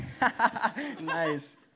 nice